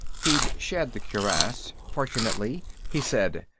he'd shed the cuirass, fortunately. he said,